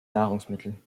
nahrungsmittel